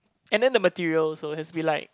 and the material also has to be like